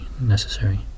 necessary